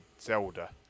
Zelda